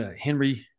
Henry